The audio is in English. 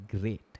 great